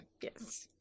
Yes